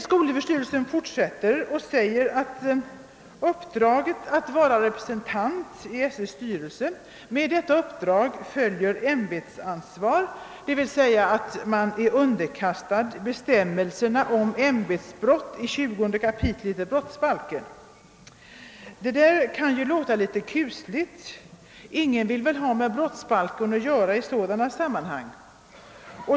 Skolöverstyrelsen säger vidare, att med uppdraget att vara representant i SÖ:s styrelse följer ämbetsmannaansvar, d. v. s. man är underkastad bestämmelserna om ämbetsbrott i kap. 20 i brottsbalken. Det kan ju låta litet kusligt. Ingen vill väl ha med brottsbalken att göra i sådana sammanhang.